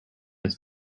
this